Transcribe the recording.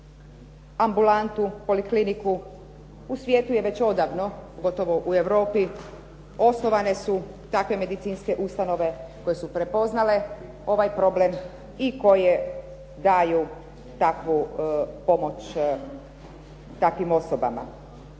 ambulantu, polikliniku. U svijetu je već odavno, pogotovo u Europi, osnovane su takve medicinske ustanove koje su prepoznale ovaj problem i koje daju takvu pomoć takvim osobama.